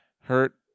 hurt